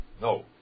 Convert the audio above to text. no